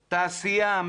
תעשייה,